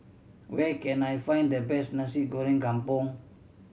where can I find the best Nasi Goreng Kampung